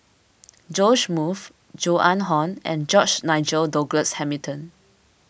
Joash Moo Joan Hon and George Nigel Douglas Hamilton